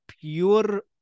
pure